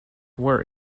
where